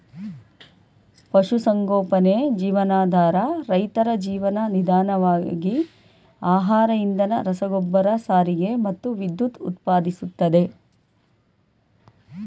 ಪಶುಸಂಗೋಪನೆ ಜೀವನಾಧಾರ ರೈತರ ಜೀವನ ವಿಧಾನವಾಗಿ ಆಹಾರ ಇಂಧನ ರಸಗೊಬ್ಬರ ಸಾರಿಗೆ ಮತ್ತು ವಿದ್ಯುತ್ ಉತ್ಪಾದಿಸ್ತದೆ